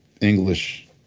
English